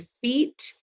feet